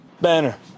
Banner